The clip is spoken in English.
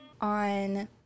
On